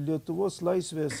lietuvos laisvės